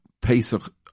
Pesach